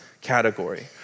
category